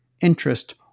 interest